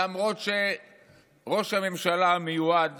למרות שראש הממשלה המיועד